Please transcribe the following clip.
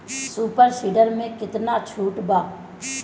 Super seeder मै कितना छुट बा?